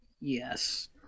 Yes